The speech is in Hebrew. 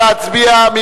נא להצביע.